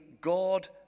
God